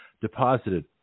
Deposited